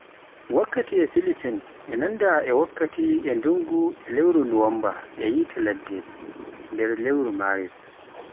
Wakkati e Philippin e nanda e wakkati e ndunngu e lewru nuwamba, yiite ladde nder lewru maris.